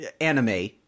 anime